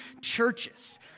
churches